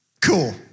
Cool